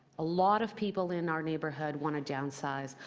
a lot of people in our neighbourhood want to downsize.